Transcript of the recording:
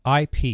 IP